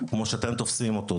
כמו שאתם תופסים אותו.